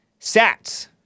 Sats